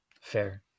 Fair